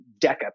DECA